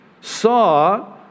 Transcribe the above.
saw